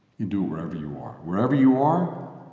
you do it wherever you are. wherever you are,